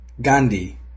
Gandhi